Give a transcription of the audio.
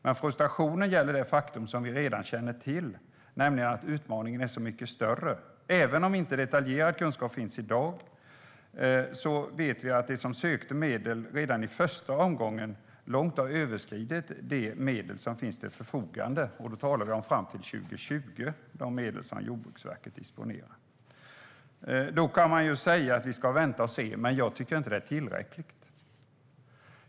Men frustrationen gäller det faktum som vi redan känner till, nämligen att utmaningen är så mycket större. Även om detaljerad kunskap inte finns i dagsläget vet vi att de ansökningar om medel som gjordes redan i första omgången långt har överskridit de medel som finns till förfogande. Då talar vi om de medel som Jordbruksverket disponerar fram till 2020. Man kan säga att vi ska vänta och se, men jag tycker inte att det är tillräckligt.